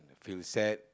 feel sad